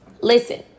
Listen